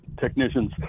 technicians